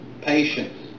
patience